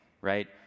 right